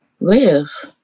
live